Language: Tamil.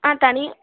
தனி